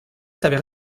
avaient